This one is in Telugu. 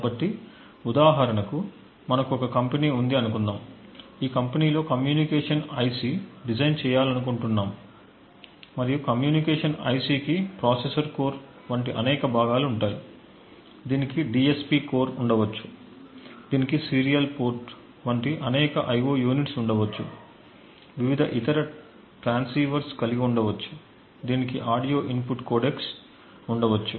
కాబట్టి ఉదాహరణకు మనకు ఒక కంపెనీ ఉంది అనుకుందాము ఈ కంపెనీ లో కమ్యూనికేషన్ ఐసి డిజైన్ చేయాలనుకుంటున్నాము మరియు కమ్యూనికేషన్ ఐసికి ప్రాసెసర్ కోర్ వంటి అనేక భాగాలు ఉంటాయి దీనికి డిఎస్పి కోర్ ఉండవచ్చు దీనికి సీరియల్ పోర్ట్ వంటి అనేక ఐఓ యూనిట్స్ ఉండవచ్చు వివిధ ఇతర ట్రాన్స్సీవర్లు కలిగిఉండవచ్చు దీనికి ఆడియో ఇన్పుట్ కోడెక్స్ ఉండవచ్చును